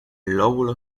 lóbulo